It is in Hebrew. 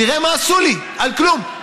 תראה מה עשו לי על כלום,